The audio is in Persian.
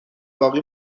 باقی